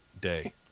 day